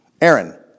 Aaron